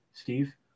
Steve